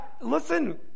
listen